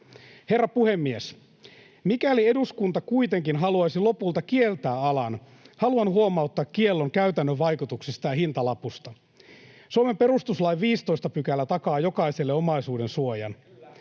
Herra puhemies! Mikäli eduskunta kuitenkin haluaisi lopulta kieltää alan, haluan huomauttaa kiellon käytännön vaikutuksista ja hintalapusta. Suomen perustuslain 15 § takaa jokaiselle omaisuudensuojan.